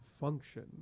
function